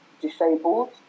disabled